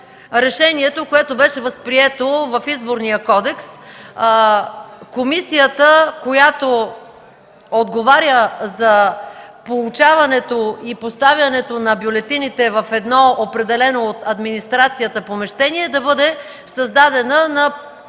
решението, което беше възприето в Изборния кодекс – комисията, която отговаря за получаването и поставянето на бюлетините в едно определено от администрацията помещение, да бъде създадена на квотно